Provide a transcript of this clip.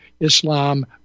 Islam